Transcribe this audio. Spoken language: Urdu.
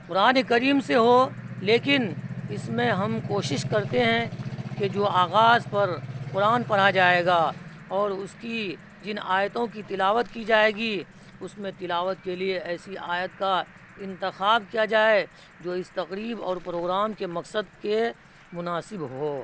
قرآن کریم سے ہو لیکن اس میں ہم کوشش کرتے ہیں کہ جو آغاز پر قرآن پڑھا جائے گا اور اس کی جن آیتوں کی تلاوت کی جائے گی اس میں تلاوت کے لیے ایسی آیت کا انتخاب کیا جائے جو اس تقریب اور پروگرام کے مقصد کے مناسب ہو